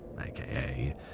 aka